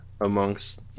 amongst